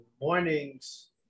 mornings